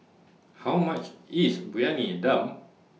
How much IS Briyani Dum